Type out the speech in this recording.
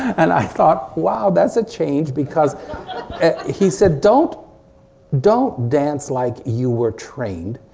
and i thought wow that's a change because he said don't don't dance like you were trained,